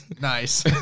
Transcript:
Nice